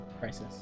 crisis